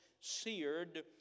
seared